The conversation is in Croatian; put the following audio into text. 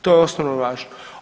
To je osnovno važno.